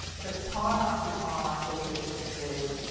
but time after time, i saw people that said,